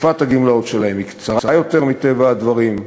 תקופת הגמלאות שלהם היא קצרה יותר מטבע הדברים,